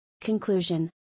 Conclusion